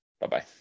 Bye-bye